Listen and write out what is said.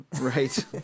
Right